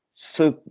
so,